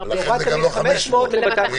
לכן זה גם לא 500. הורדתם מ-500 ל-250.